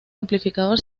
amplificador